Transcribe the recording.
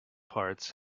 parts